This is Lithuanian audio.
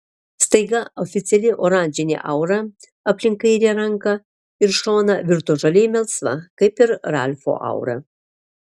staiga oficiali oranžinė aura aplink kairę ranką ir šoną virto žaliai melsva kaip ir ralfo aura